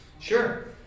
Sure